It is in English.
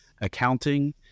Accounting